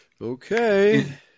Okay